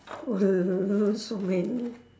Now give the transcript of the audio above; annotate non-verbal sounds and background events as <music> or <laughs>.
<laughs> so many